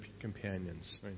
companions